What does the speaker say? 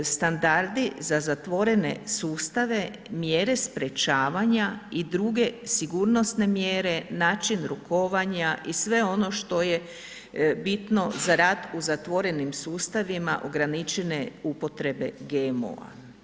Standardi za zatvorene sustave mjere sprječavanja i druge sigurnosne mjere, način rukovanja i sve ono što je bitno za rad u zatvorenim sustavima ograničene upotrebe GMO-a.